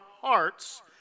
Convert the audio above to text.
hearts